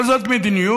אבל זאת מדיניות